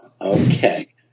okay